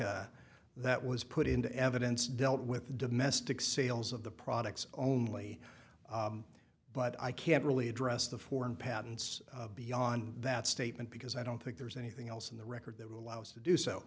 data that was put into evidence dealt with domestic sales of the products only but i can't really address the foreign patents beyond that statement because i don't think there's anything else in the record that will allow us to do so